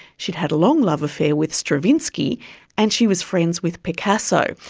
she'd had a long love affair with stravinsky and she was friends with picasso.